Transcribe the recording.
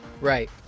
Right